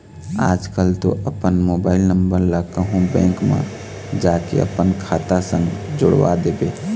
आजकल तो अपन मोबाइल नंबर ला कहूँ बेंक म जाके अपन खाता संग जोड़वा देबे